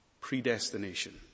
predestination